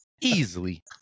easily